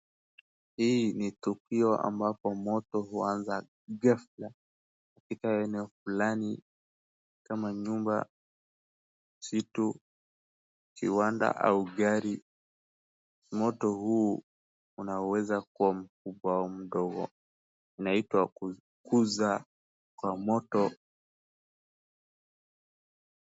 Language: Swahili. Hii ni tukio ambapo moto huanza ghafla, katika eneo fulani kama nyumba, msitu, kiwanda au gari, moto huu unaoweza kua mkubwa au mdogo, inaitwa kufukuza kwa moto.